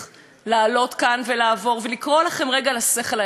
ולקרוא לכם רגע לשכל הישר: מה אתם בעצם מחוקקים כאן?